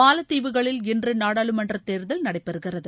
மாலத்தீவுகளில் இன்று நாடாளுமன்ற தேர்தல் நடைபெறுகிறது